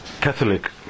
Catholic